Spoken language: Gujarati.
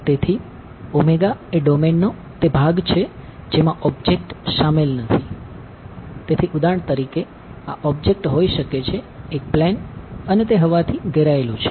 અને તેથી ડોમેનનો તે ભાગ છે જેમાં ઓબ્જેક્ટ અને તે હવાથી ઘેરાયેલું છે